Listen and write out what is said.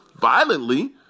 violently